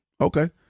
Okay